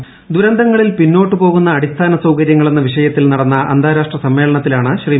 ദുരന്തങ്ങളിൽ പിന്നോട്ട് പോകുന്ന അടിസ്ഥാന സൌകര്യങ്ങൾ എന്ന വിഷയത്തിൽ ഇന്ന് നടന്ന അന്താരാഷ്ട്ര സമ്മേളനത്തിലാണ് ശ്രീ